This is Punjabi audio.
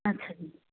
ਅੱਛਾ ਜੀ